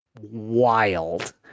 wild